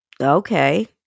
Okay